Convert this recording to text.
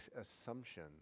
assumption